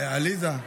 עליזה?